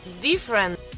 different